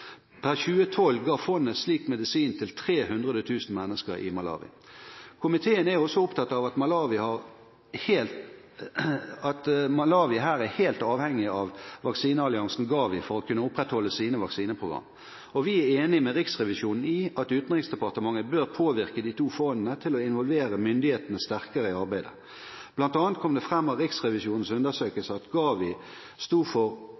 Per 2012 ga fondet slik medisin til 300 000 mennesker i Malawi. Komiteen er også opptatt av at Malawi er helt avhengig av vaksinealliansen GAVI for å kunne opprettholde sine vaksineprogram, og vi er enig med Riksrevisjonen i at Utenriksdepartementet bør påvirke de to fondene til å involvere myndighetene sterkere i arbeidet. Blant annet kom det fram av Riksrevisjonens undersøkelse at GAVI sto for